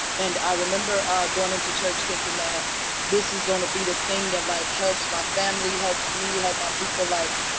and i remember going into church thinking that this is gonna be the thing that like helps my family, helps me, helps my people like